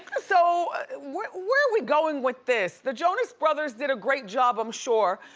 so where where we going with this? the jonas brothers did a great job, i'm sure.